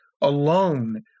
alone